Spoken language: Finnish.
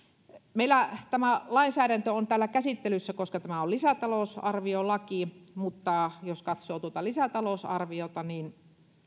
meillä tämä lainsäädäntö on täällä käsittelyssä koska tämä on lisätalousarviolaki mutta jos katsoo tuota lisätalousarviota niin